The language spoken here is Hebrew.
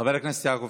חבר הכנסת יעקב